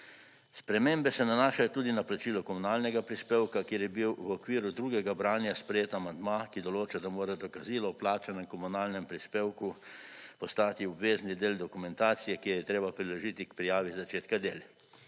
Spremembe se nanašajo tudi na plačilo komunalnega prispevka, kjer je bil v okviru drugega branja sprejet amandma, ki določa, da mora dokazilo o plačanem komunalnem prispevku postati obvezni del dokumentacije, ki jo je treba priložiti k prijavi začetka del.